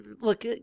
look